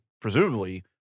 presumably